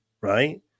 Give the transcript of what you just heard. right